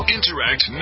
Interact